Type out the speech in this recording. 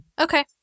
Okay